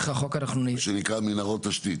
שנקרא מנהרות תשתיות.